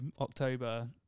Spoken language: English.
october